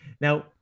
Now